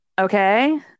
okay